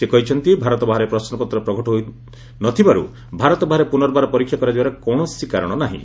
ସେ କହିଛନ୍ତି ଭାରତ ବାହାରେ ପ୍ରଶ୍ନପତ୍ର ପ୍ରଘଟ ହୋଇନଥିବାରୁ ଭାରତ ବାହାରେ ପୁନର୍ବାର ପରୀକ୍ଷା କରାଯିବାର କୌଣସି କାରଣ ନାହିଁ